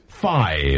Five